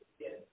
Yes